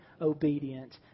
obedient